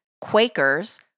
Quakers